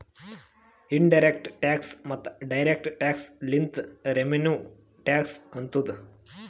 in direct tax ಮತ್ತ direct tax ಲಿಂತೆ revenue tax ಆತ್ತುದ್